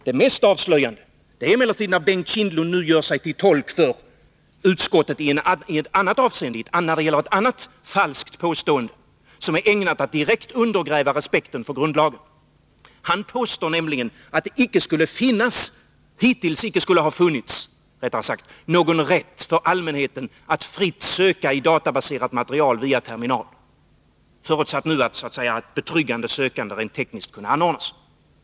Det mest avslöjande är emellertid att Bengt Kindbom nu gör sig till tolk för utskottet i ett annat falskt påstående, som är ägnat att direkt undergräva respekten för grundlagen. Han påstår nämligen att det hittills inte skulle ha funnits någon rätt för allmänheten att fritt söka i databaserat material via terminal, förutsatt att ett betryggande sökande rent tekniskt kunnat ordnas.